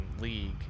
league